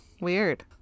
Weird